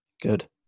Good